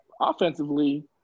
offensively